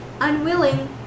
Unwilling